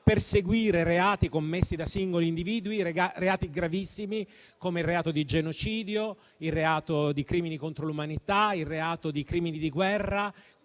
perseguire reati commessi da singoli individui, reati gravissimi, come il reato di genocidio, i crimini contro l'umanità, i crimini di guerra,